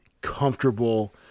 comfortable